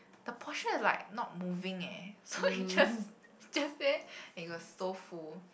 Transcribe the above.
the portion is like not moving eh so it's just just there and it was so full